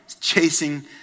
chasing